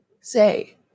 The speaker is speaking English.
say